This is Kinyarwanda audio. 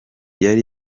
yari